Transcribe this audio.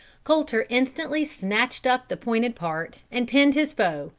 colter instantly snatched up the pointed part, and pinned his foe,